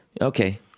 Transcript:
okay